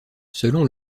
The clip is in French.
selon